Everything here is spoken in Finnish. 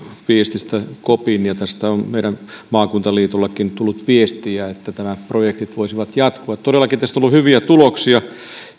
viestistä kopin tästä on meidän maakuntaliitollekin tullut viestiä että nämä projektit voisivat jatkua todellakin tästä on tullut hyviä tuloksia